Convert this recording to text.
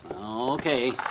Okay